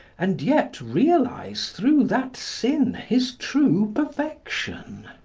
and yet realise through that sin his true perfection.